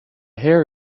hair